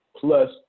plus